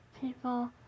people